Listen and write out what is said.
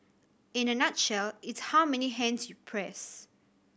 in a nutshell it's how many hands you press